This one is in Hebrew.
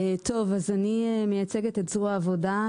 אני מייצגת את זרוע העבודה,